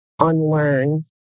unlearn